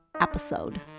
episode